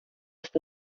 ist